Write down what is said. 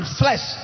flesh